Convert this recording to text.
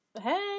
hey